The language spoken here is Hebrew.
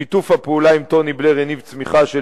שיתוף הפעולה עם טוני בלייר הניב צמיחה של